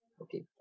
okay